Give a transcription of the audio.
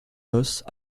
noces